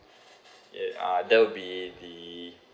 yeah uh that will be the